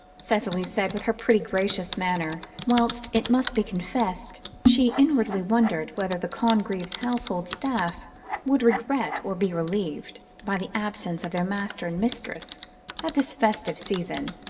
cicely said with her pretty gracious manner, whilst, it must be confessed, she inwardly wondered whether the congreves' household staff would regret or be relieved, by the absence of their master and mistress at this festive season.